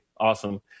Awesome